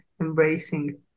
embracing